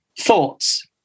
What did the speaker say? thoughts